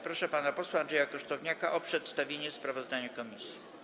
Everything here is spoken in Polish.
Proszę pana posła Andrzeja Kosztowniaka o przedstawienie sprawozdania komisji.